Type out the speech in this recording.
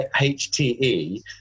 H-T-E